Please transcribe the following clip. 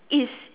is